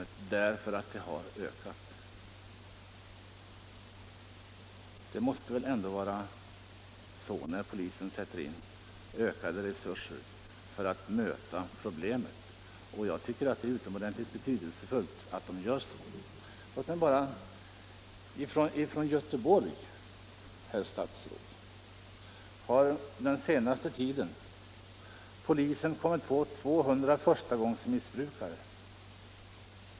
Jag tycker att det är utomordentligt viktigt att polisen gör sådana insatser, men det måste alltså betyda att problemet har ökat. För att ta ytterligare ett exempel från Göteborg kan jag nämna att polisen under den senaste tiden kommit på 200 förstagångsmissbrukare.